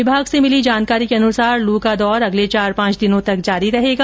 विभाग से मिली जानकारी के अनुसार लू का दौर अगले चार पांच दिनों तक जारी रहेगा